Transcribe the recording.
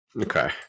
Okay